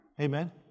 Amen